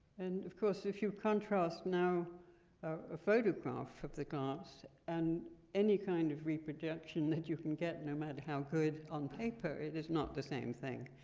and of course, if you contrast now a photograph of the glass and any kind of reproduction that you can get, no matter how good on paper, it is not the same thing.